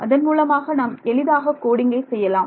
அதன் மூலமாக நாம் எளிதாக கோடிங்கை செய்யலாம்